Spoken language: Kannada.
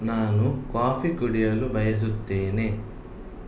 ನಾನು ಕಾಫಿ ಕುಡಿಯಲು ಬಯಸುತ್ತೇನೆ